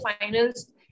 finals